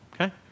okay